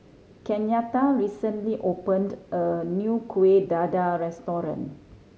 Kenyatta recently opened a new Kueh Dadar restaurant